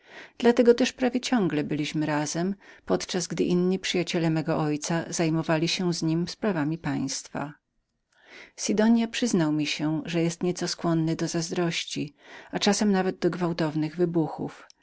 tego też prawie ciągle byliśmy razem podczas gdy inni przyjaciele mego ojca zajmowali się wraz z nim sprawami państwa sidonia przyznał mi się że był nieco skłonnym do zazdrości czasami nawet gwałtownym w